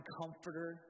comforter